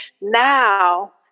Now